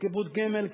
קופות גמל,